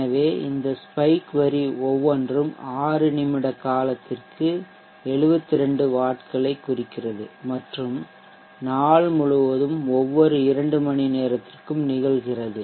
எனவே இந்த ஸ்பைக் வரி ஒவ்வொன்றும் 6 நிமிட காலத்திற்கு 72 வாட்களைக் குறிக்கிறது மற்றும் நாள் முழுவதும் ஒவ்வொரு இரண்டு மணி நேரத்திற்கும் நிகழ்கிறது